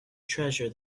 treasure